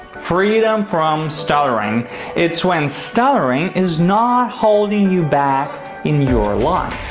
freedom from stuttering it's when stuttering is not holding you back in your life.